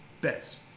best